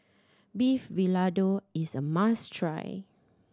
Beef Vindaloo is a must try